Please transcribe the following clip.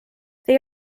they